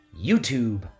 YouTube